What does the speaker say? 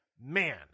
Man